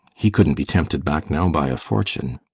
he couldn't be tempted back now by a fortune.